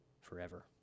forever